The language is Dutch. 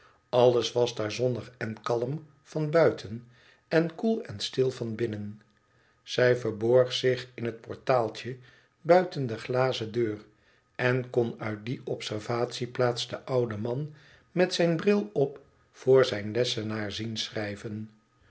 alles was daar zonnig en kalm van buiten en koel en stil van binnen zij verborg zich in het portaaltje buiten de glazen deur en kon uit die observatieplaats den ouden man met zijn bril op voor zijn lessenaar zien schrijven